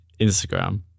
Instagram